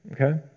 Okay